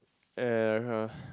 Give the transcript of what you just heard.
and